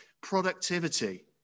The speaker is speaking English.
productivity